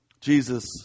Jesus